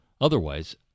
Otherwise